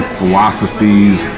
philosophies